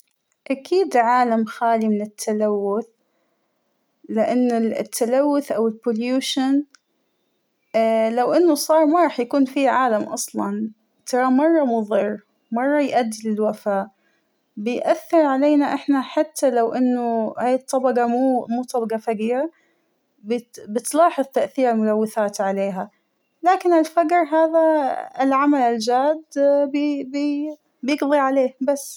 أكيد عالم خالى من التلوث ، لأن التلوث أو البليوشن - اا -لو انه صار مو راح يكون فى عالم أصلاً ترى مرة مضر مرة يؤدى للوفاة ، بيأثر علينا احنا حتى لو انو هى الطبقة مو مو طبقة فقيرة بتلاحظ تاثير الملوثات عليها ، لكن الفقر هذا العمل الجاد بى بى بيقضى عليه بس.